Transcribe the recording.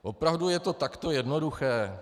Opravdu je to takto jednoduché?